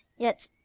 yet,